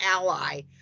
ally